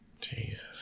Jesus